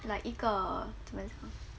like 一个怎么讲